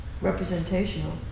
representational